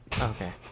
Okay